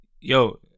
Yo